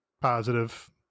positive